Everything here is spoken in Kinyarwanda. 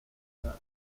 itaha